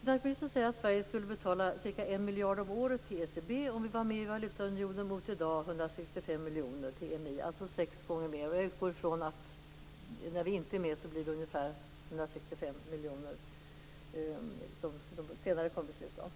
Finansministern säger att Sverige skulle betala ca 1 miljard om året till ECB om vi var med i valutaunionen jämfört med dagens 165 miljoner till EMI, alltså sex gånger mer. Jag utgår från att det blir ungefär 165 miljoner även om vi inte är med, vilket man senare kommer att besluta om.